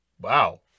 Wow